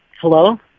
hello